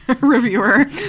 reviewer